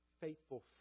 faithful